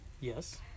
Yes